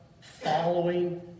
following